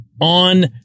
on